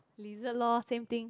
lizard lor same thing